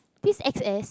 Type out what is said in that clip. this X_S